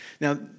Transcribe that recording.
Now